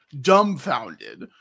dumbfounded